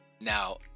Now